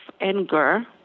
anger